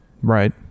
Right